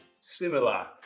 similar